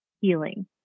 healing